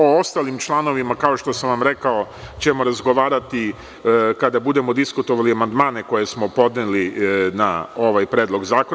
O ostalim članovima ćemo, kao što sam rekao, razgovarati kada budemo diskutovali amandmane koje smo podneli na ovaj Predlog zakona.